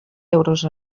euros